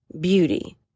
Beauty